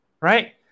right